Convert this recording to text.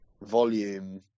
volume